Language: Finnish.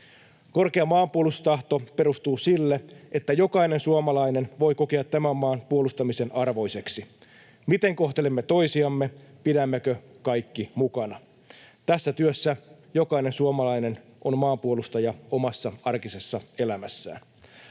Korkea maanpuolustustahto perustuu sille, että jokainen suomalainen voi kokea tämän maan puolustamisen arvoiseksi, miten kohtelemme toisiamme, pidämmekö kaikki mukana. Tässä työssä jokainen suomalainen on maanpuolustaja omassa arkisessa elämässään.